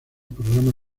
programa